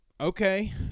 okay